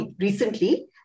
recently